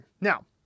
Now